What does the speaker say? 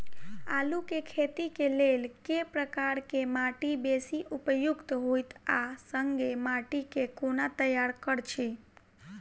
आलु केँ खेती केँ लेल केँ प्रकार केँ माटि बेसी उपयुक्त होइत आ संगे माटि केँ कोना तैयार करऽ छी?